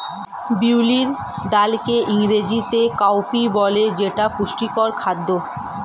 বিউলির ডালকে ইংরেজিতে কাউপি বলে যেটা পুষ্টিকর খাদ্য